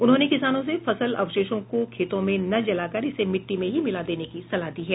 उन्होंने किसानों से फसल अवशेषों को खेतों में न जलाकर इसे मिट्टी में ही मिला देने की सलाह दी है